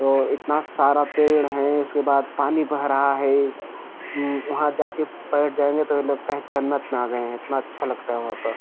और इतना सारा पेड़ है उसके बाद पानी बह रहा है वहाँ जाकर बैठ जाएँगे तो यह लगता है जन्नत में आ गए हैं इतना अच्छा लगता है वहाँ पर